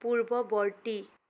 পূৰ্বৱৰ্তী